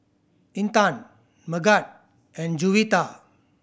Intan Megat and Juwita